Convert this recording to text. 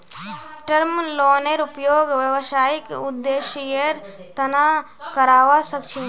term लोनेर उपयोग व्यावसायिक उद्देश्येर तना करावा सख छी